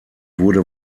wurde